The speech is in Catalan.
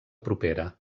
propera